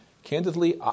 Candidly